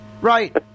right